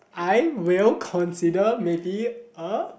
I will consider maybe a